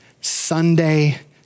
Sunday